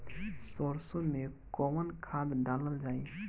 सरसो मैं कवन खाद डालल जाई?